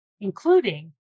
including